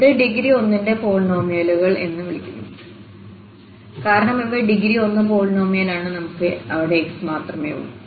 ഇവയെ ഡിഗ്രി 1 ന്റെ പോളിനോമിയലുകൾ എന്ന് വിളിക്കുന്നു കാരണം ഇവ ഡിഗ്രി 1 പോളിനോമിയലാണ് നമുക്ക് അവിടെx മാത്രമേയുള്ളൂ